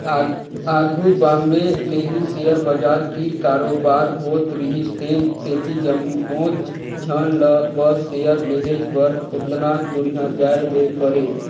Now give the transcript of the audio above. आघु बॉम्बे ले ही सेयर बजार कीर कारोबार होत रिहिस तेन सेती जम्मोच झन ल बस सेयर लेहेच बर ओतना दुरिहां जाए ले परे